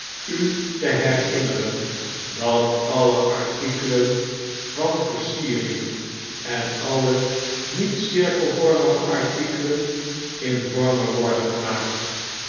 u te herinneren dat alle artikelen van versiering en alle niet otkelvormige artikelen in vormen worden gemaakt